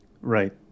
Right